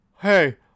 hey